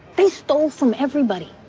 they stole from everybody.